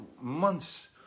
months